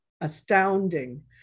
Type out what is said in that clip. astounding